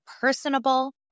personable